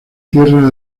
tierra